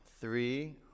Three